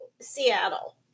Seattle